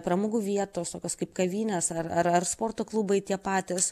pramogų vietos tokios kaip kavinės ar ar ar sporto klubai tie patys